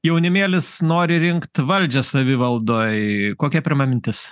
jaunimėlis nori rinkt valdžią savivaldoj kokia pirma mintis